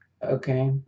okay